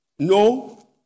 No